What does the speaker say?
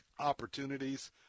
opportunities